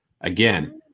again